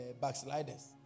backsliders